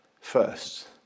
first